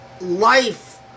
life